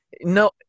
No